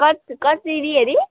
कस कसरी अरे